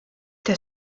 der